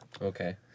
Okay